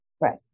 Right